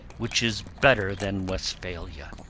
which is better than westphalia.